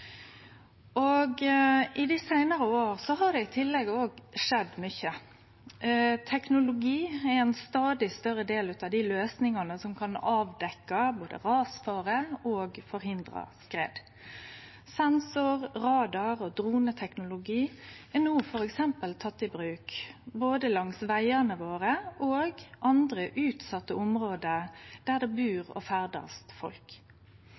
I dei seinare åra har det i tillegg skjedd mykje. Teknologi utgjer ein stadig større del av dei løysingane som både kan avdekkje rasfare og forhindre skred. Sensor-, radar- og droneteknologi er no f.eks. teke i bruk både langs vegane våre og på andre utsette område der det bur og ferdast folk.